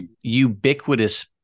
ubiquitous